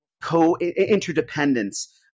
co-interdependence